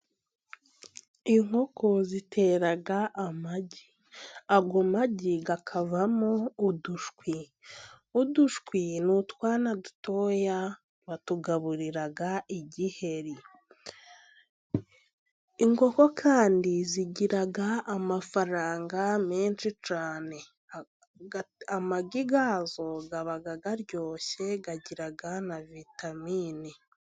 Inkoko zitera amagi，ayo magi akavamo udushwi. Udushwi ni utwana dutoya batugaburira igiheri. Inkoko kandi zigira amafaranga menshi cyane，amagi yazo aba aryoshye，agira na vitamini.